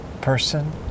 person